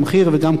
את הסחורה.